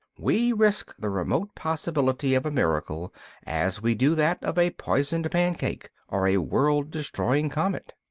we risk the remote possibility of a miracle as we do that of a poisoned pancake or a world-destroying comet.